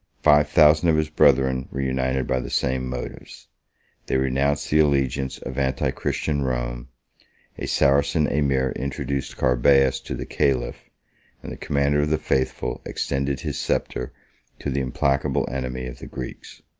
five thousand of his brethren were united by the same motives they renounced the allegiance of anti-christian rome a saracen emir introduced carbeas to the caliph and the commander of the faithful extended his sceptre to the implacable enemy of the greeks.